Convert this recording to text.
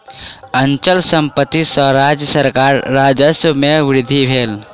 अचल संपत्ति सॅ राज्य सरकारक राजस्व में वृद्धि भेल